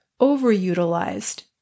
overutilized